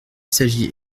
s’agit